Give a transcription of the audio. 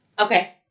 Okay